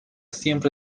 siempre